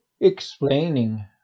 explaining